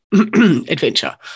adventure